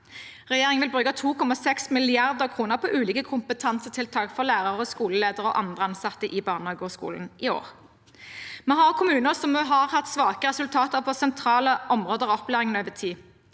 Regjeringen vil bruke 2,6 mrd. kr på ulike kompetansetiltak for lærere og skoleledere og andre ansatte i barnehage og skole i år. Vi har kommuner som over tid har hatt svake resultater på sentrale områder av opplæringen.